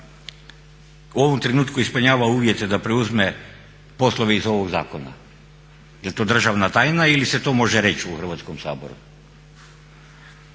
u ovom trenutku ispunjava uvjete da preuzme poslove iz ovog zakona? Jel' to državna tajna ili se to može reći u Hrvatskom saboru?